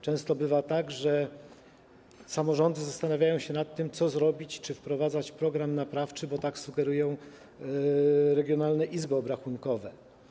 Często bywa tak, że samorządy zastanawiają się nad tym, co zrobić, czy wprowadzać program naprawczy, bo tak sugerują regionalne izby obrachunkowe.